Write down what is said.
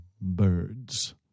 birds